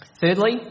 Thirdly